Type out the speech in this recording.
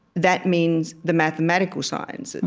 that means the mathematical sciences.